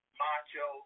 macho